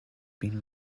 been